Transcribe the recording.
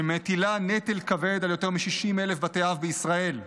שמטילה נטל כבד על יותר מ-60,000 בתי אב בישראל.